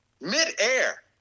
Midair